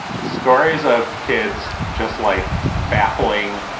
stories of kids just like baffling.